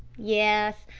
yes,